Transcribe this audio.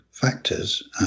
factors